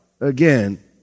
again